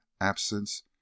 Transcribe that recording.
absence